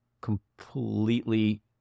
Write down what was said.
completely